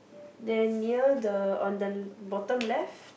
then near the on the bottom left